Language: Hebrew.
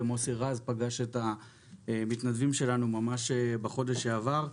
וחבר הכנסת מוסי רז פגש את המתנדבים שלנו ממש בחודש שעבר.